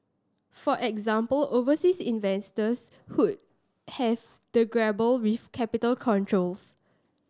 for example overseas investors would have to grapple with capital controls